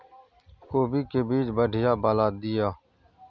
कोबी के बीज बढ़ीया वाला दिय?